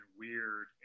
weird